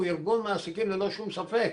הוא ארגון מעסיקים ללא שום ספק,